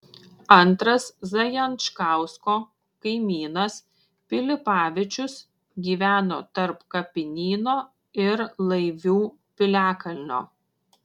antras zajančkausko kaimynas pilipavičius gyveno tarp kapinyno ir laivių piliakalnio